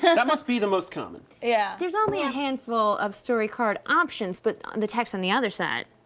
that must be the most common. yeah. there's only a handful of story card options, but the text on the other side.